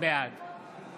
בעד